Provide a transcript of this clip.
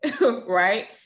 Right